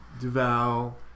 Duval